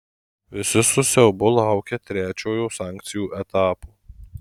visi su siaubu laukia trečiojo sankcijų etapo